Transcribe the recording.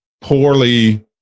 poorly